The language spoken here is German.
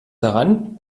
daran